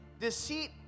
Deceit